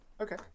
Okay